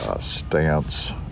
stance